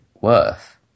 worth